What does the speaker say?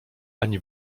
ani